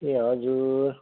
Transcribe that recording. ए हजुर